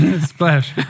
splash